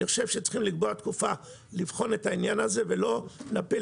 אני חושב שצריך לקבוע תקופה לבחון את העניין הזה ולא להפיל